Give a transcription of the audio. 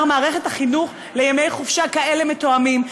מערכת החינוך לימי חופשה כאלה מתואמים,